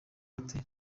hotel